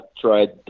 tried